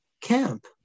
camp